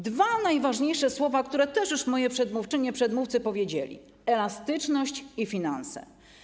Dwa najważniejsze słowa, które też już moje przedmówczynie i moi przedmówcy wypowiedzieli, to elastyczność i finanse.